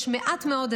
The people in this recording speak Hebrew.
יש מעט מאוד,